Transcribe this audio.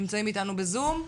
נמצאים בזום.